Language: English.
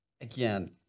Again